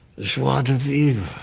joie de vivre.